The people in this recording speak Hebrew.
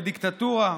בדיקטטורה,